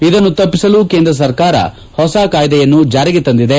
ಇದನ್ನು ತಪ್ಪಿಸಲು ಕೇಂದ್ರ ಸರ್ಕಾರ ಹೊಸ ಕಾಯ್ದೆಯನ್ನು ಜಾರಿಗೆ ತಂದಿದೆ